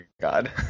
god